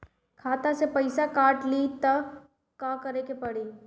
खाता से पैसा काट ली त का करे के पड़ी?